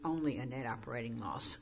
only a net operating loss